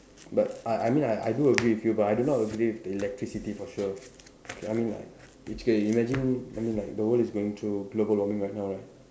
but I I mean I I do agree with you but I do not agree with the electricity for sure okay I mean like it's okay imagine I mean like the world is going through global warming right now right